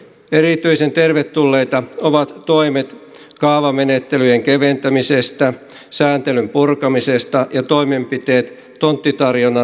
erityisen tervetulleita ovat toimet kaavamenettelyjen keventämisestä sääntelyn purkamisesta ja toimenpiteet tonttitarjonnan lisäämiseksi